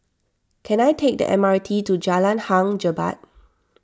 can I take the M R T to Jalan Hang Jebat